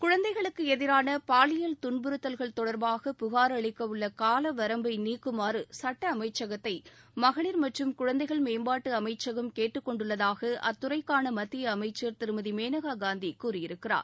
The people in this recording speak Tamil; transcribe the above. குழந்தைகளுக்கு எதிரான பாலியல் துன்புறுத்தல்கள் தொடர்பாக புகார் அளிக்க உள்ள கால வரம்பை நீக்குமாறு சட்ட அமைச்சகத்தை மகளிர் மற்றும் குழந்தைகள் மேம்பாட்டு அமைச்சகம் கேட்டுக்கொண்டுள்ளதாக அத்துறைக்கான மத்திய அமைச்சர் திருமதி மேனகா காந்தி கூறியிருக்கிறார்